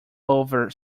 over